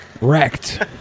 Wrecked